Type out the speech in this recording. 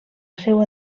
seua